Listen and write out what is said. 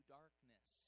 darkness